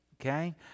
Okay